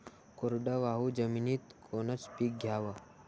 कोरडवाहू जमिनीत कोनचं पीक घ्याव?